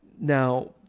Now